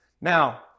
Now